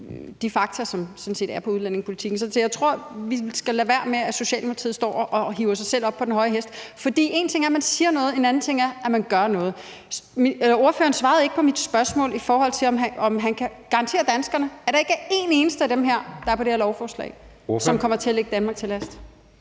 de fakta, der sådan set er i udlændingepolitikken. Så jeg tror, vi skal lade være med, at Socialdemokratiet står og hiver sig selv op på den høje hest. For en ting er, at man siger noget; en anden ting er, at man gør noget. Ordføreren svarede ikke på mit spørgsmål om, om han kan garantere danskerne, at der ikke er en eneste af dem, der er på det her lovforslag, som kommer til at ligge Danmark til last.